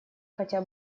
хотя